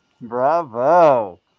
Bravo